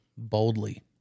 boldly